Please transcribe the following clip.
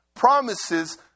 Promises